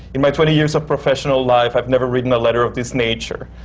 in my twenty years of professional life, i've never written a letter of this nature.